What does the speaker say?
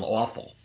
awful